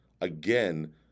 again